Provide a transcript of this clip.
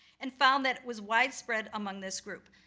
and found that was widespread among this group.